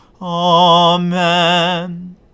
Amen